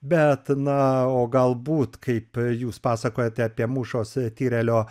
bet na o galbūt kaip jūs pasakojate apie mūšos tyrelio